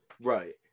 Right